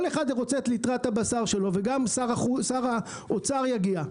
אחד רוצה את ליטרת הבשר שלו וגם שר האוצר יגיע,